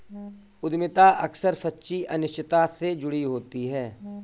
उद्यमिता अक्सर सच्ची अनिश्चितता से जुड़ी होती है